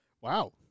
Wow